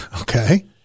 Okay